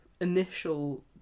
Initial